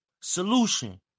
Solution